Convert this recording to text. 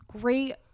great